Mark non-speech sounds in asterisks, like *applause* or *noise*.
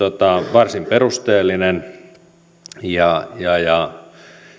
varsin perusteellinen *unintelligible* *unintelligible* ja ja